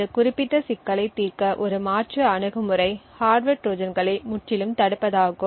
இந்த குறிப்பிட்ட சிக்கலை தீர்க்க ஒரு மாற்று அணுகுமுறை ஹார்ட்வர் ட்ரோஜான்களை முற்றிலும் தடுப்பதாகும்